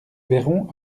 verrons